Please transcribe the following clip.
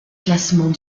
classement